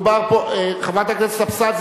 חבר הכנסת חיים כץ,